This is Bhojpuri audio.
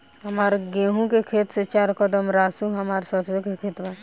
हमार गेहू के खेत से चार कदम रासु हमार सरसों के खेत बा